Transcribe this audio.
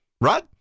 right